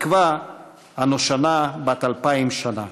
התקווה הנושנה בת אלפיים שנה".